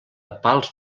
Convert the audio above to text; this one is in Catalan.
pals